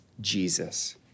Jesus